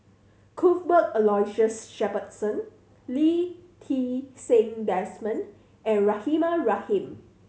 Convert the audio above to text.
Cuthbert Aloysius Shepherdson Lee Ti Seng Desmond and Rahimah Rahim